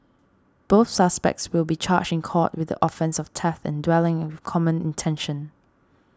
both suspects will be charged in court with the offence of theft dwelling with common intention